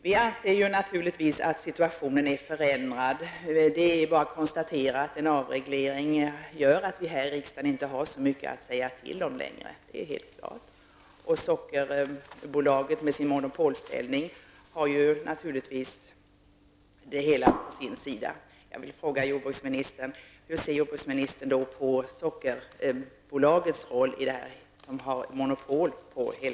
Vi anser naturligtvis att situationen är förändrad. En avreglering medför att vi här i riksdagen inte har så mycket att säga till om längre. Det är helt klart. Sockerbolaget har ju monopol på hela näringen. Hur ser jordbruksministern på Sockerbolagets roll?